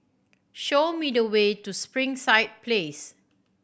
show me the way to Springside Place